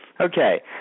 Okay